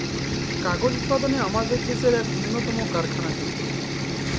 কাগজ উৎপাদলে আমাদের দ্যাশের ইক উল্লতম কারখালা কেলদ্র